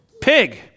pig